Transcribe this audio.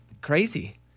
crazy